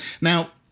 Now